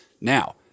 Now